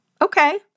Okay